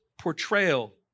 portrayal